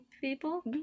people